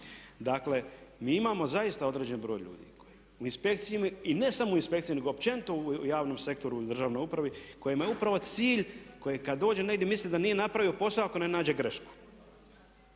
Dakle, mi imamo zaista određen broj ljudi u inspekcijama i ne samo u inspekcijama nego općenito u javnom sektoru ili državnoj upravi kojima je upravo cilj koji kad dođe negdje misli da nije napravio posao ako ne nađe grešku.